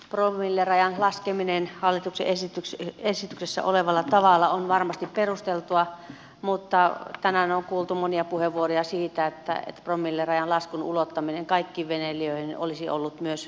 promillerajan laskeminen hallituksen esityksessä olevalla tavalla on varmasti perusteltua mutta tänään on kuultu monia puheenvuoroja siitä että myös promillerajan laskun ulottaminen kaikkiin veneilijöihin olisi ollut perusteltua